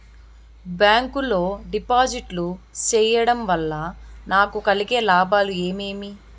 Bank లో డిపాజిట్లు సేయడం వల్ల నాకు కలిగే లాభాలు ఏమేమి?